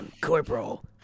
corporal